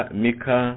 mika